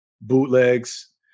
bootlegs